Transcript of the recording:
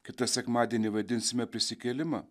kitą sekmadienį vaidinsime prisikėlimą